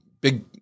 big